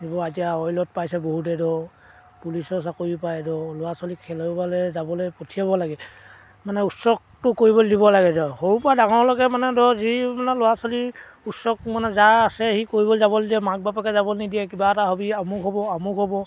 দিব এতিয়া অইলত পাইছে বহুতে ধৰ পুলিচৰ চাকৰি পায় ধৰ ল'ৰা ছোৱালীক খেলৰ ফালে যাবলৈ পঠিয়াব লাগে মানে উৎসকটো কৰিবলৈ দিব লাগে সৰুৰপৰা ডাঙৰলৈকে মানে ধৰ যি মানে ল'ৰা ছোৱালীৰ উচ্ছক মানে যাৰ আছে সি কৰিবলৈ যাব নিদিয়ে মাক বাপকে যাব নিদিয়ে কিবা এটা হ'বি আমুক হ'ব আমুক হ'ব